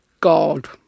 god